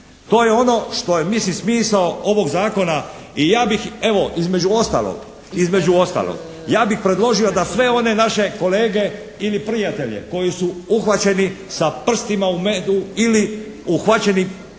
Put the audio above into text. To je ono što je mislim smisao ovog zakona. I ja bih evo između ostalog. Ja bih predložio da sve one naše kolege ili prijatelje koji su uhvaćeni sa prstima u medu ili uhvaćeni